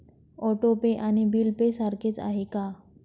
Auto pay आणि bill pay सारखेच आहे का?